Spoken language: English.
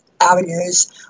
avenues